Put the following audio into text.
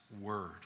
word